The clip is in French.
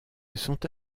sont